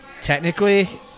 technically